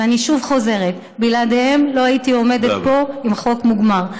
ואני שוב חוזרת: בלעדיהם לא הייתי עומדת פה עם חוק מוגמר.